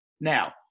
Now